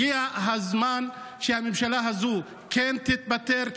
הגיע הזמן שהממשלה הזאת תתפטר,